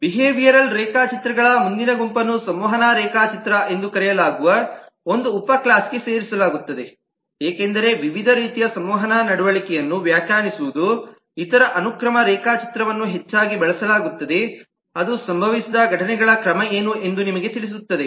behavioural ರೇಖಾಚಿತ್ರಗಳ ಮುಂದಿನ ಗುಂಪನ್ನು ಸಂವಹನ ರೇಖಾಚಿತ್ರ ಎಂದು ಕರೆಯಲಾಗುವ ಒಂದು ಉಪ ಕ್ಲಾಸ್ಗೆ ಸೇರಿಸಲಾಗುತ್ತದೆ ಏಕೆಂದರೆ ವಿವಿಧ ರೀತಿಯ ಸಂವಹನ ನಡವಳಿಕೆಯನ್ನು ವ್ಯಾಖ್ಯಾನಿಸುವುದು ಇತರ ಅನುಕ್ರಮ ರೇಖಾಚಿತ್ರವನ್ನು ಹೆಚ್ಚಾಗಿ ಬಳಸಲಾಗುತ್ತದೆ ಅದು ಸಂಭವಿಸಿದ ಘಟನೆಗಳ ಕ್ರಮ ಏನು ಎಂದು ನಿಮಗೆ ತಿಳಿಸುತ್ತದೆ